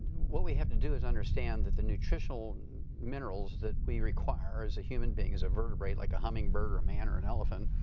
what we have to do is understand that the nutritional minerals that we require as a human being, as a vertebrae like a hummingbird or a man or an elephant,